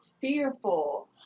fearful